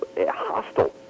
hostile